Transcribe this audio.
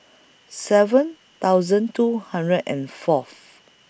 seven thousand two hundred and Fourth